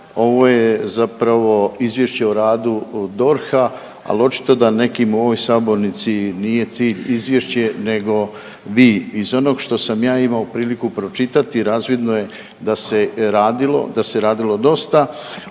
Ovo je zapravo Izvješće o radu DORH-a, ali očito da nekim u ovoj sabornici nije cilj Izvješće nego vi. Iz onog što sam ja imao priliku pročitati, razvidno je da se radilo dosta